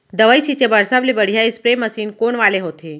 दवई छिंचे बर सबले बढ़िया स्प्रे मशीन कोन वाले होथे?